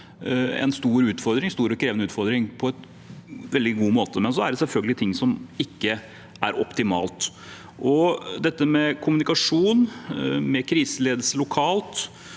håndterte en stor og krevende utfordring på en veldig god måte. Så er det selvfølgelig ting som ikke er optimalt. Dette med kommunikasjon, kriseledelse lokalt